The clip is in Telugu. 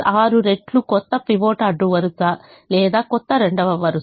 6 రెట్లు కొత్త పైవట్ అడ్డు వరుస లేదా క్రొత్త రెండవ వరుస